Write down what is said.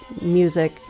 music